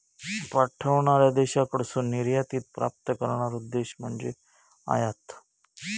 पाठवणार्या देशाकडसून निर्यातीत प्राप्त करणारो देश म्हणजे आयात